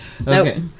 Okay